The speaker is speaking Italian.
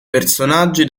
personaggi